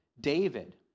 David